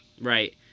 Right